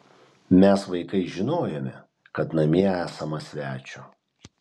mes vaikai žinojome kad namie esama svečio